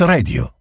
Radio